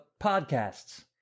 podcasts